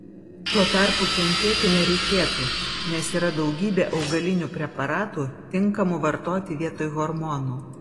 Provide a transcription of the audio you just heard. tuo tarpu kentėti nereikėtų nes yra daugybė augalinių preparatų tinkamų vartoti vietoj hormonų